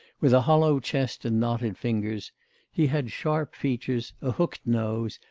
with a hollow chest and knotted fingers he had sharp features, a hooked nose,